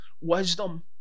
wisdom